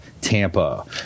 Tampa